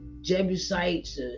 Jebusites